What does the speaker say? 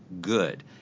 good